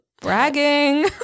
bragging